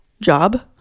job